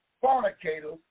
fornicators